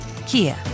Kia